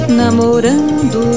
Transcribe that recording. namorando